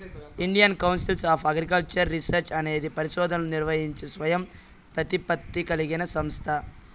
Indian council of agricultural research అనేది పరిశోధనలను నిర్వహించే స్వయం ప్రతిపత్తి కలిగిన సంస్థ